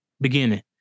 beginning